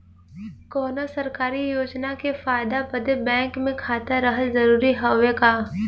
कौनो सरकारी योजना के फायदा बदे बैंक मे खाता रहल जरूरी हवे का?